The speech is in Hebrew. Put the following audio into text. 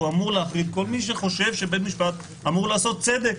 והוא אמור להחריד את כל מי שחושב שבית המשפט אמור לעשות צדק.